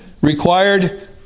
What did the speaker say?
required